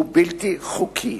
הוא בלתי חוקי,